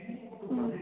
ಹ್ಞೂ